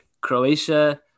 croatia